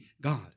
God